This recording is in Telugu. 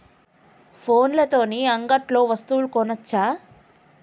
ఫోన్ల తోని అంగట్లో వస్తువులు కొనచ్చా?